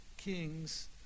kings